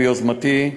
ביוזמתי.